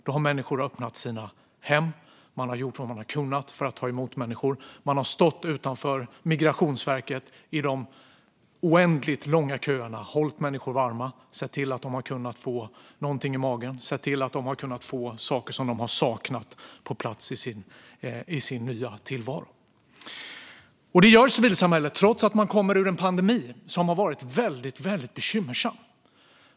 Då har människor öppnat sina hem och gjort vad de har kunnat för att ta emot människor. Man har stått utanför Migrationsverket i de oändligt långa köerna och hållit människor varma och sett till att de har kunnat få något i magen och få saker som de har saknat på plats i sin nya tillvaro. Detta gör civilsamhället trots att man kommer ur en pandemi, som har varit väldigt bekymmersam.